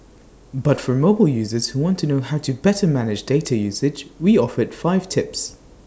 but for mobile users who want to know how to better manage data usage we offered five tips